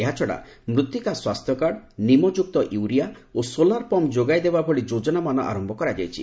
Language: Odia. ଏହାଛଡ଼ା ମୃତ୍ତିକା ସ୍ୱାସ୍ଥ୍ୟକାର୍ଡ ନିମଯୁକ୍ତ ୟୁରିଆ ଓ ସୋଲାର ପମ୍ପ ଯୋଗାଇ ଦେବାଭଳି ଯୋକ୍ତନାମାନ ଆରନ୍ଭ କରାଯାଇଛି